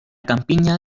campiña